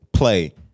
play